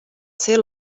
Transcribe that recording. ser